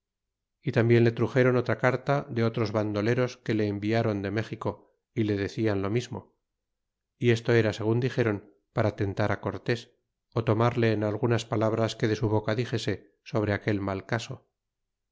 y tambien le truxéron otra carta de otros vandoleros que le embiáron de méxico y le decian lo mismo y esto era segun dixeron para tentar cortes tomarle en algunas palabras que de su boca dixese sobre aquel mal caso